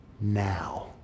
now